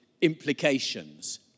implications